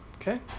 okay